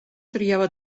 triava